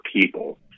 people